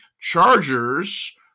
Chargers